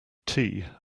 tea